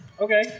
okay